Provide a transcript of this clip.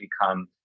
become